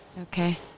Okay